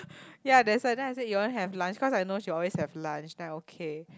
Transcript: ya that's why then I say you want to have lunch cause I know she always have lunch then okay